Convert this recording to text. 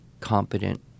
competent